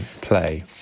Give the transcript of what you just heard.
play